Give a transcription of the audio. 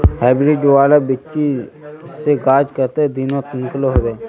Hybrid वाला बिच्ची से गाछ कते दिनोत निकलो होबे?